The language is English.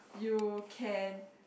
you can